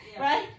right